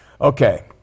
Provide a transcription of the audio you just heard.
Okay